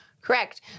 Correct